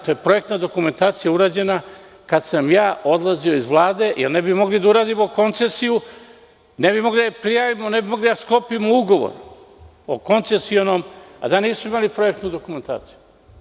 To je projektna dokumentacija urađena kad sam ja odlazio iz Vlade, jer ne bi mogli da uradimo koncesiju, ne bi mogli da prijavimo, ne bi mogli da sklopimo ugovor o koncesionom, a da nismo imali projektnu dokumentaciju.